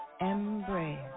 embrace